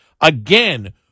Again